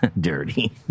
Dirty